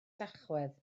tachwedd